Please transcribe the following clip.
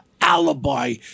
alibi